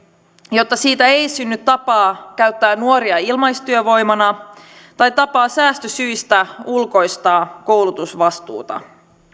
jotta siitä ei synny tapaa käyttää nuoria ilmaistyövoimana tai tapaa säästösyistä ulkoistaa koulutusvastuuta